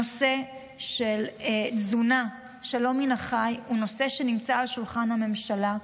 הנושא של תזונה שלא מן החי הוא נושא שנמצא על שולחן הממשלה,